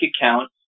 account